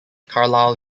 carlisle